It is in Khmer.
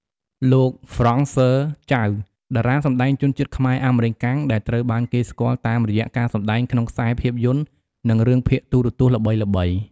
លោក ហ្វ្រង់ស័រ ចៅ តារាសម្តែងជនជាតិខ្មែរ-អាមេរិកាំង ដែលត្រូវបានគេស្គាល់តាមរយៈការសម្ដែងក្នុងខ្សែភាពយន្ត និងរឿងភាគទូរទស្សន៍ល្បីៗ។